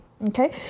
Okay